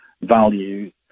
values